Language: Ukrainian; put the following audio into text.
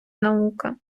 наука